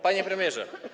Panie Premierze!